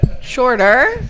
Shorter